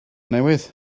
newydd